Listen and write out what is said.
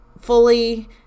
fully